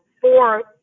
fourth